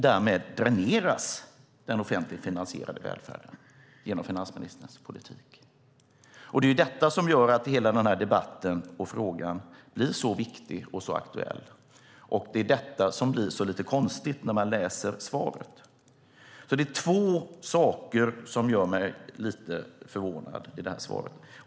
Därmed dräneras den offentligt finansierade välfärden genom finansministerns politik. Det är detta som gör att hela denna debatt och frågan blir så viktig och aktuell. Det är detta som blir lite konstigt när man läser svaret. Det är två saker som gör mig lite förvånad i detta svar.